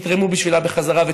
תתרמו בשבילה בחזרה.